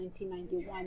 1991